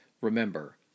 remember